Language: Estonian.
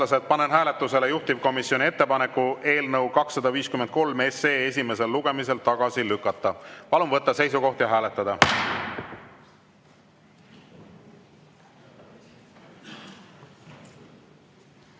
panen hääletusele juhtivkomisjoni ettepaneku eelnõu 253 esimesel lugemisel tagasi lükata. Palun võtta seisukoht ja hääletada!